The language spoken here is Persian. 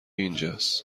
اینجاس